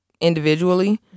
individually